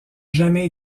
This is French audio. jamais